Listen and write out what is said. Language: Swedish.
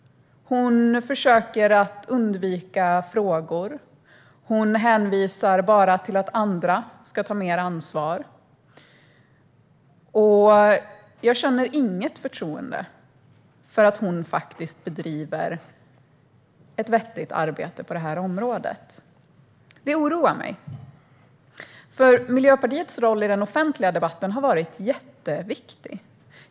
Hon försöker att undvika frågor. Hon hänvisar bara till att andra ska ta mer ansvar. Jag känner inget förtroende för att hon bedriver ett vettigt arbete på området. Det oroar mig. Miljöpartiets roll i den offentliga debatten har varit jätteviktig.